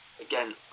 again